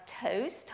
toast